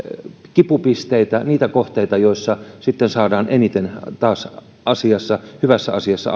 kipupisteitä niitä kohteita joissa sitten saadaan eniten taas hyvässä asiassa